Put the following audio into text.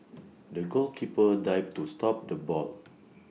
the goalkeeper dived to stop the ball